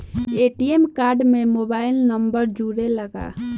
ATM card में mobile number जुरेला का?